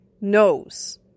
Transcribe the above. knows